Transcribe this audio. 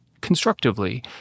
constructively